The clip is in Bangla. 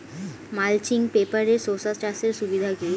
মালচিং পেপারে শসা চাষের সুবিধা কি?